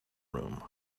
room